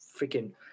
freaking